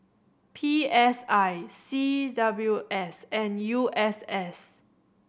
P S I C W S and U S S